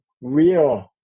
real